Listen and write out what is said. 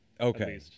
okay